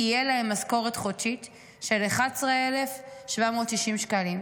תהיה להם משכורת חודשית של 11,760 שקלים.